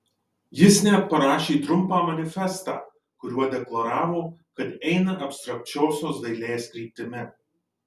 jis net parašė trumpą manifestą kuriuo deklaravo kad eina abstrakčiosios dailės kryptimi